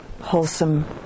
wholesome